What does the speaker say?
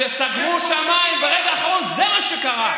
כשסגרו את השמיים ברגע האחרון זה מה שקרה.